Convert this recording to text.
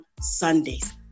Sundays